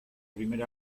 primer